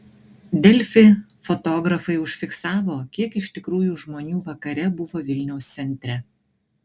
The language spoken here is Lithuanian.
delfi fotografai užfiksavo kiek iš tikrųjų žmonių vakare buvo vilniaus centre